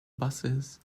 buses